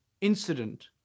incident